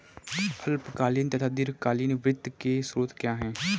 अल्पकालीन तथा दीर्घकालीन वित्त के स्रोत क्या हैं?